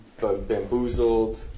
Bamboozled